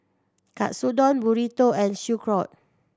Katsudon Burrito and Sauerkraut